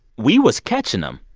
we was catching them,